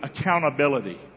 Accountability